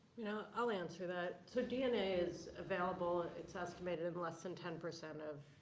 you know i'll answer that. so dna is available, it's estimated, in less than ten percent of